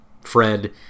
Fred